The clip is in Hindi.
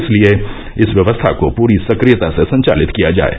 इसलिए इस व्यवस्था को पूरी सक्रियता से संचालित किया जाये